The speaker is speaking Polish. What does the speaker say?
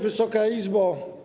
Wysoka Izbo!